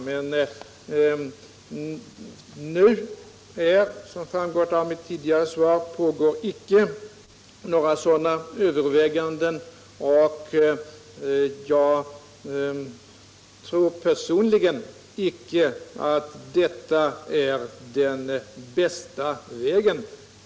Men nu pågår alltså icke några sådana överväganden, och jag tror personligen icke att detta är den bästa vägen.